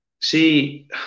see